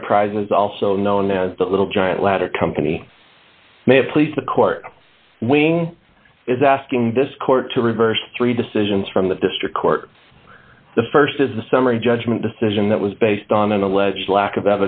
enterprises also known as the little giant ladder company may have placed the court wing is asking this court to reverse three decisions from the district court the st is a summary judgment decision that was based on an alleged lack of